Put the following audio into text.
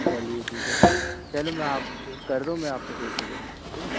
चलिए ठीक है चलो मैं आप कर दो मैं आपको पैसे दे रहा हूँ ठीक है